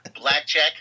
Blackjack